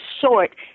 short